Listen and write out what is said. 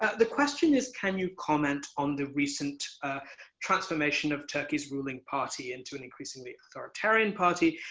the question is, can you comment on the recent transformation of turkey's ruling party into an increasingly authoritarian party?